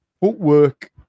footwork